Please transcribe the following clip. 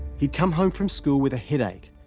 he'd come home from school with a headache,